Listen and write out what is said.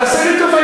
תעשה לי טובה.